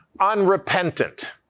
unrepentant